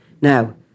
Now